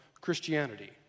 Christianity